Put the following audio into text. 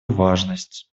важность